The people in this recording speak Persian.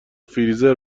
فریزر